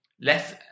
less